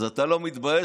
אז אתה לא מתבייש?